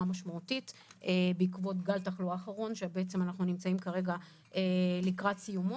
משמעותית בעקבות גל התחלואה האחרון שאנחנו נמצאים כרגע לקראת סיומו.